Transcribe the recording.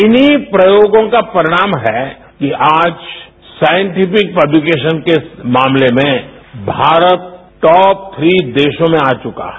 इन्हीं प्रयोगों का परिणाम है कि आज साइटिफिक पब्लिकेशन के मामले में भारत टॉप थी देरों में आ चुका है